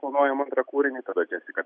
planuojam antrą kūrinį tada jessica